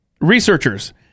Researchers